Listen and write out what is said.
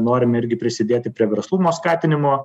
norime irgi prisidėti prie verslumo skatinimo